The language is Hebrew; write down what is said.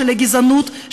של הגזענות,